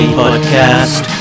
podcast